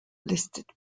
listed